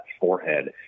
forehead